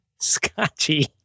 Scotchy